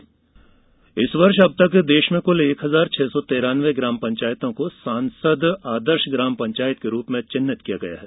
आदर्श ग्राम पंचायत इस वर्ष अब तक देश में कुल एक हजार छह सौ तिरानवे ग्राम पंचायतों को सांसद आदर्श ग्राम पंचायत के रूप में चिन्हित किया गया है